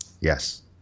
yes